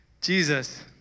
Jesus